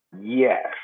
Yes